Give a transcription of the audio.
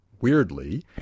weirdly